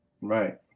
Right